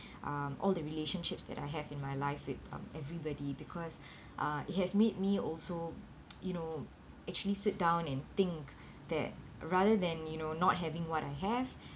um all the relationships that I have in my life with um everybody because uh it has made me also you know actually sit down and think that rather than you know not having what I have